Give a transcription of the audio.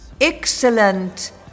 excellent